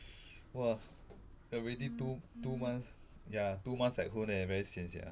!wah! already two two months ya two months at home then I very sian sia